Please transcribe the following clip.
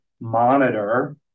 monitor